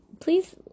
please